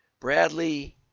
Bradley